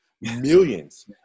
millions